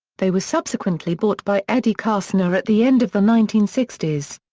they were subsequently bought by eddie kassner at the end of the nineteen sixty s.